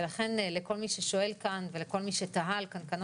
ולכן לכל מי ששואל כאן ולכל מי שתהה על קנקנו